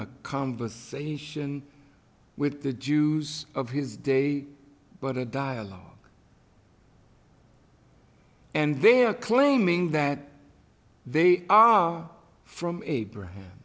a conversation with the jews of his day but a dialogue and they are claiming that they are from abraham